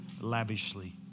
lavishly